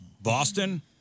Boston